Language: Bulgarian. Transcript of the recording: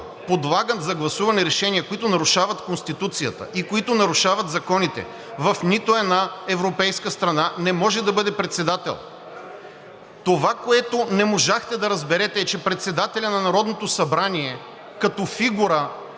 подлага за гласуване решения, които нарушават Конституцията и които нарушават законите, в нито една европейска страна не може да бъде председател. Това, което не можахте да разберете, е, че председателят на Народното събрание като фигура